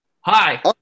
Hi